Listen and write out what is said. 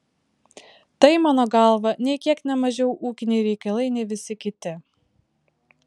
tai mano galva nė kiek ne mažiau ūkiniai reikalai nei visi kiti